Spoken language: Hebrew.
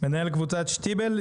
מנהל קבוצת שטיבל,